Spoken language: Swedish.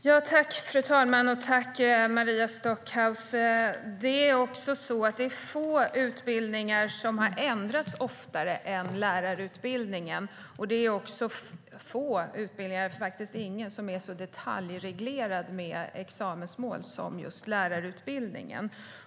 Fru ålderspresident! Tack, Maria Stockhaus! Det är få utbildningar som har ändrats oftare än lärarutbildningen, och det är få utbildningar - faktiskt ingen - som är så detaljreglerade med examensmål som just lärarutbildningen.